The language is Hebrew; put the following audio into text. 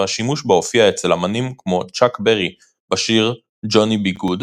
והשימוש בה הופיע אצל אמנים כמו צ'אק ברי בשיר "Johhny B. Goode",